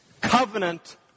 covenant